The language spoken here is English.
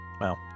Wow